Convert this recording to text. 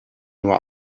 nur